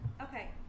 Okay